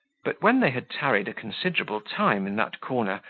but when they had tarried a considerable time in that corner,